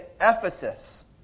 Ephesus